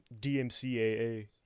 DMCAA